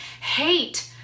Hate